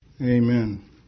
Amen